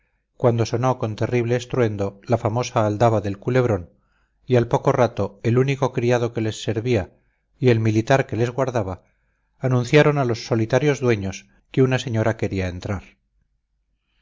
cuando sonó con terrible estruendo la famosa aldaba del culebrón y al poco rato el único criado que les servía y el militar que les guardaba anunciaron a los solitarios dueños que una señora quería entrar